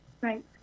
Right